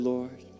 Lord